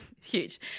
Huge